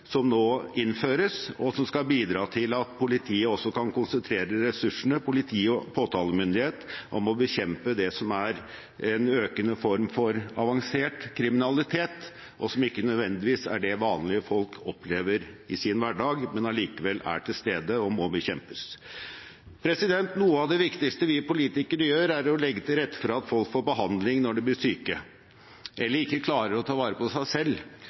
som nå innføres, og som skal bidra til at politiet også kan konsentrere ressursene i politi og påtalemyndighet om å bekjempe det som er en økende form for avansert kriminalitet, og som ikke nødvendigvis er det vanlige folk opplever i sin hverdag, men som allikevel er til stede, og må bekjempes. Noe av det viktigste vi politikere gjør, er å legge til rette for at folk får behandling når de blir syke eller ikke klarer å ta vare på seg selv.